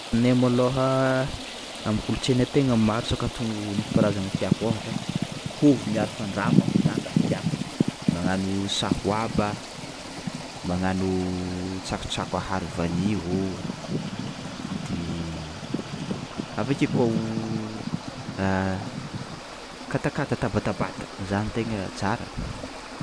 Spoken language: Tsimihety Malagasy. Aminay malôha am'kolontsainay tegna maro sakafo nentim-paharazagna tiàko ôhatra hovy miaro fandrama zany raha tiàko, magnano sahoaba, magnano tsakotsako aharo vanio ô de avy ake koa o katakata ata batabata zany tegna tsara.